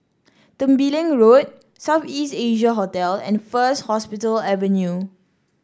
Tembeling Road South East Asia Hotel and First Hospital Avenue